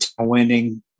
winning